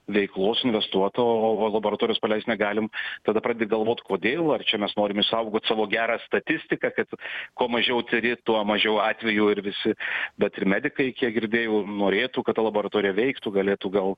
veiklos investuota o laboratorijos paleist negalim tada pradedi galvot kodėl ar čia mes norim išsaugoti savo gerą statistiką kad kuo mažiau tiri tuo mažiau atvejų ir visi bet ir medikai kiek girdėjau norėtų kad ta laboratorija veiktų galėtų gal